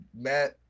Matt